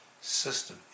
system